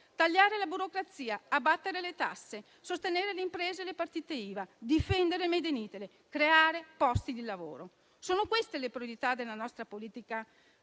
Tagliare la burocrazia, abbattere le tasse, sostenere le imprese e le partite IVA, difendere il *made in Italy*, creare posti di lavoro: sono queste le priorità della nostra azione